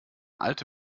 alte